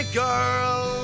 girl